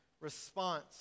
response